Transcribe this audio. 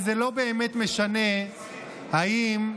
(חברת הכנסת מירב כהן יוצאת מאולם המליאה.) הרי זה לא באמת משנה האם,